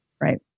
right